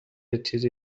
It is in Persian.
تیزی